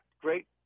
great